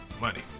money